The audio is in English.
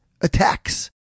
attacks